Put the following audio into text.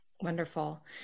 Wonderful